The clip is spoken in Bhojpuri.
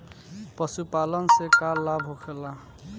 पशुपालन से का लाभ होखेला?